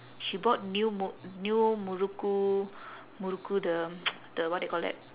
she bought new mu~ new murukku murukku the the what that called that